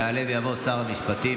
יעלה ויבוא שר המשפטים,